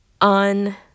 on